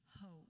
hope